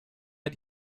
hat